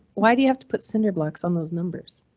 why do you have to put cinder blocks on those numbers?